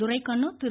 Duraikannu Thiru